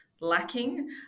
lacking